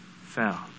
fell